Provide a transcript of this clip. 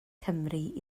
cymru